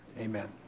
Amen